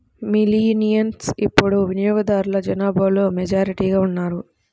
millennials ఇప్పుడు వినియోగదారుల జనాభాలో మెజారిటీగా ఉన్నారు